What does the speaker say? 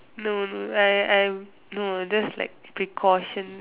no no I I no just like precaution